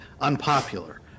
unpopular